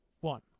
one